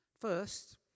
First